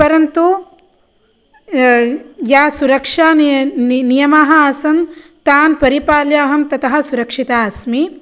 परन्तु या सुरक्षा नियमाः आसन् तान् परिपाल्याहं ततः सुरक्षिता अस्मि